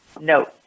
No